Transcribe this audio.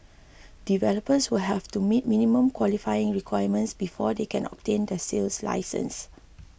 developers will have to meet minimum qualifying requirements before they can obtain the sales licence